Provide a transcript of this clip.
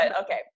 Okay